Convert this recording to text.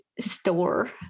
store